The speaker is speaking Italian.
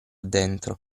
dentro